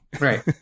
Right